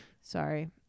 sorry